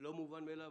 לא מובן מאליו.